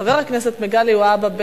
חבר הכנסת מגלי והבה,